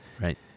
Right